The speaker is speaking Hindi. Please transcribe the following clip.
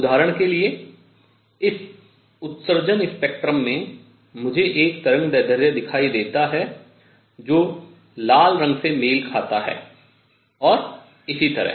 उदाहरण के लिए इस उत्सर्जन स्पेक्ट्रम में मुझे एक तरंगदैर्ध्य दिखाई देता है जो लाल रंग से मेल खाता है और इसी तरह